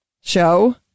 show